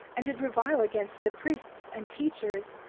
and did revile against the priests and teachers,